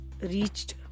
reached